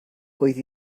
oedd